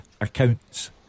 accounts